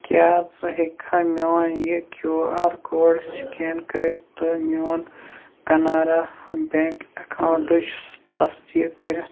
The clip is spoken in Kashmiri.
کیٛاہ ژٕ ہٮ۪کھا میون یہِ کیوٗ آر کوڈ سکین کٔرِتھ تہٕ میون کَنارا بیٚنٛک اکاونٹٕچ تصدیٖق کٔرِتھ؟